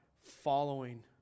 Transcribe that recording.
following